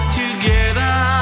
together